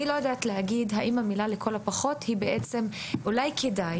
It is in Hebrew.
אני לא יודעת להגיד האם המילים "לכל הפחות" אולי כדאי